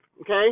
okay